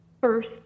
first